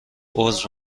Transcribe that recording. عذر